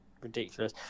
ridiculous